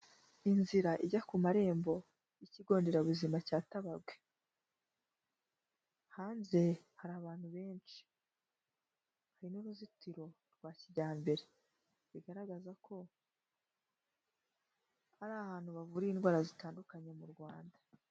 Inzira ijya ku marembo y'ikigo nderabuzima cyatabagwe. Hanze hari abantu benshi, hari n'uruzitiro rwa kijyambere bigaragaza ko ari ahantu bavura indwara zitandukanye mu Rwanda.